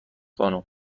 خانم